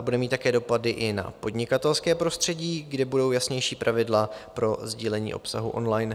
Bude mít také dopady i na podnikatelské prostředí, kde budou jasnější pravidla pro sdílení obsahu online.